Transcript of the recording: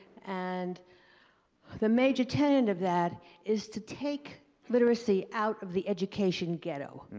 and the major tenet and of that is to take literacy out of the education ghetto.